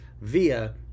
via